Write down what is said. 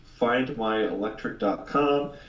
findmyelectric.com